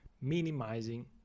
minimizing